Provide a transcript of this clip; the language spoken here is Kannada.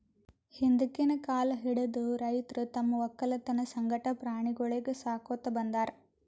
ಹಿಂದ್ಕಿನ್ ಕಾಲ್ ಹಿಡದು ರೈತರ್ ತಮ್ಮ್ ವಕ್ಕಲತನ್ ಸಂಗಟ ಪ್ರಾಣಿಗೊಳಿಗ್ ಸಾಕೋತ್ ಬಂದಾರ್